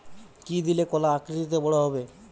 কি দিলে কলা আকৃতিতে বড় হবে?